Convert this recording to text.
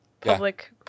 public